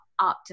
optimal